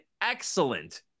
excellent